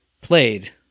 played